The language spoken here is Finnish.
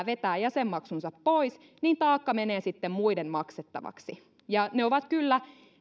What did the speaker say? vetää jäsenmaksunsa pois niin taakka menee sitten muiden maksettavaksi ne on kyllä